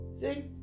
See